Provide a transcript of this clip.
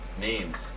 names